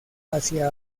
hacia